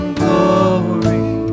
glory